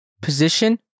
position